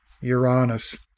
Uranus